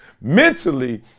mentally